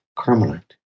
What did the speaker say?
Carmelite